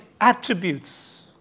attributes